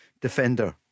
defender